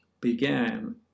began